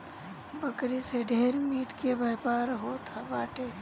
बकरी से ढेर मीट के व्यापार होत बाटे